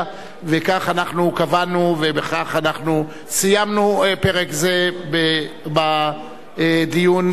וכך אנחנו קבענו ובכך אנחנו סיימנו פרק זה בדיון של היום.